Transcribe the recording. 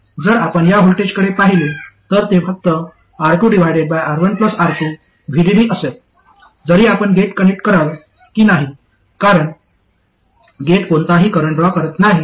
जर आपण या व्होल्टेजकडे पाहिले तर ते फक्त R2R1R2VDD असेल जरी आपण गेट कनेक्ट कराल की नाही कारण गेट कोणताही करंट ड्रॉ करत नाही